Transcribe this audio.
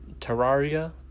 Terraria